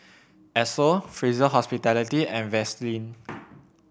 Esso Fraser Hospitality and Vaseline